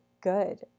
good